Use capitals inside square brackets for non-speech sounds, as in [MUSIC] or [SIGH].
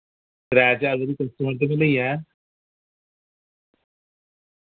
त्रै चार तुसें कस्टमर [UNINTELLIGIBLE]